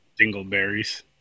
Dingleberries